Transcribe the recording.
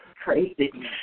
crazy